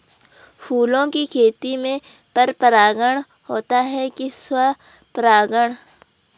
फूलों की खेती में पर परागण होता है कि स्वपरागण?